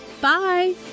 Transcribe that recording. bye